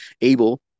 able